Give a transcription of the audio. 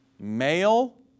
male